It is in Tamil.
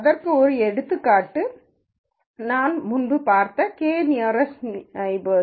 அதற்கு ஒரு எடுத்துக்காட்டு நாம் முன்பு பார்த்த கே நியரஸ்ட் நெய்பர்ஸ்